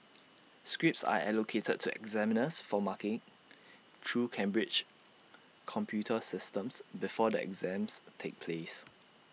scripts are allocated to examiners for marking through Cambridge's computer systems before the exams take place